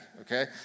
okay